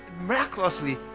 miraculously